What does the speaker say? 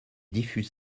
diffuse